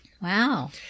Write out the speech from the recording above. Wow